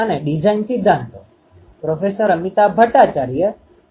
આપણે કેટલાક wire antenna જેવા કે ડાયપોલ મોનોપોલ ફોલ્ડેડ ડાયપોલ વગેરે જોયા છે